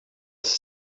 essa